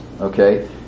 Okay